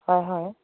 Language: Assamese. হয় হয়